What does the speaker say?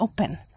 open